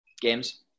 Games